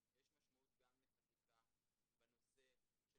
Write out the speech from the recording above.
יש משמעות גם לחקיקה בנושא של